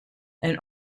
and